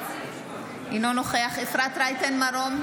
אינו נוכח אפרת רייטן מרום,